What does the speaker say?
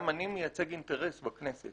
גם אני מייצג אינטרס בכנסת,